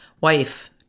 wife